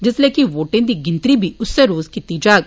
जिसलै कि वोटें दी गिनत्री बी उस्सै रोज कीती जाग